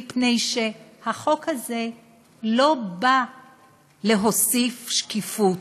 מפני שהחוק הזה לא בא להוסיף שקיפות.